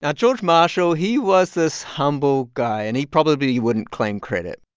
ah george marshall he was this humble guy, and he probably wouldn't claim credit.